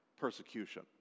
persecution